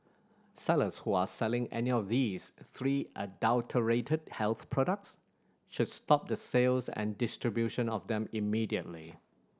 sellers who are selling any of these three adulterated health products should stop the sales and distribution of them immediately